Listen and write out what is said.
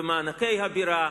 במענקי הבירה,